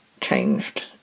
changed